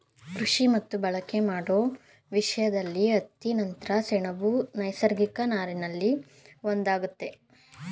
ಕೃಷಿ ಮತ್ತು ಬಳಕೆ ಮಾಡೋ ವಿಷಯ್ದಲ್ಲಿ ಹತ್ತಿ ನಂತ್ರ ಸೆಣಬು ನೈಸರ್ಗಿಕ ನಾರಲ್ಲಿ ಒಂದಾಗಯ್ತೆ